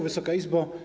Wysoka Izbo!